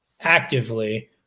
actively